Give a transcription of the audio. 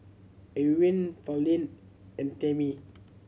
Irwin Pauline and Tamie